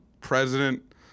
president